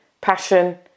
passion